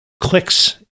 clicks